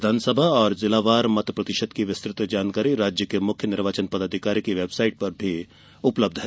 विधानसभा एवं जिलावार मत प्रतिशत की विस्तृत जानकारी राज्य के मुख्य निर्वाचन पदाधिकारी की वेबसाइट पर उपलब्ध है